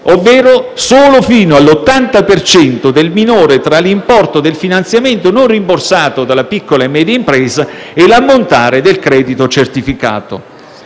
ovvero solo fino all'80 per cento del minore tra l'importo del finanziamento non rimborsato dalla piccola e media impresa e l'ammontare del credito certificato.